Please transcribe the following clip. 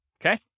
okay